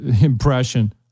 impression